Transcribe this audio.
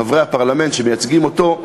חברי הפרלמנט שמייצגים אותו,